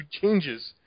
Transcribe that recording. changes